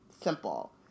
Simple